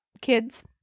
kids